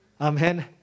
Amen